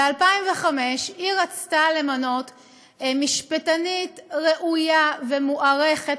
ב-2005 היא רצתה למנות משפטנית ראויה ומוערכת,